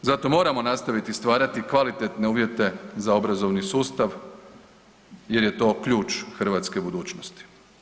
Zato moramo nastaviti stvarati kvalitetne uvjete za obrazovni sustav jer je to ključ hrvatske budućnosti.